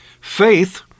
faith